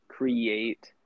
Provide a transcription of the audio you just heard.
create